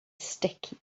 sticky